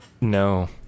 no